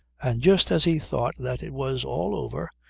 and just as he thought that it was all over,